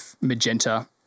Magenta